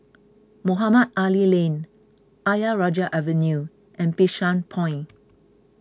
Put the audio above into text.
Mohamed Ali Lane Ayer Rajah Avenue and Bishan Point